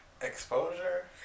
exposure